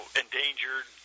endangered